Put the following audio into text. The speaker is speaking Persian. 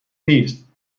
نیست